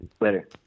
later